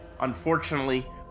Unfortunately